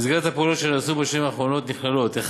במסגרת הפעולות שנעשות בשנים האחרונות נכללים: א.